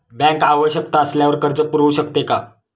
Bank आवश्यकता असल्यावर कर्ज पुरवू शकते का?